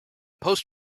post